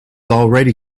already